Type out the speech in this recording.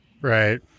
Right